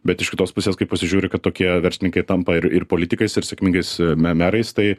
bet iš kitos pusės kai pasižiūri kad tokie verslininkai tampa ir ir politikais ir sėkmingais me merais tai